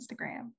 Instagram